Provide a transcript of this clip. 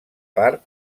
part